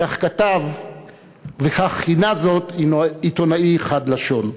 כך כתב וכך כינה זאת עיתונאי חד לשון.